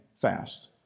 fast